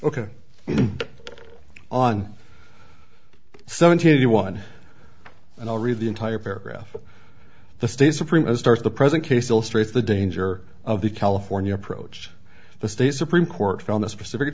ok on seventy one and i'll read the entire paragraph the state supreme and start the present case illustrates the danger of the california approach the state supreme court found the specific